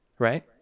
right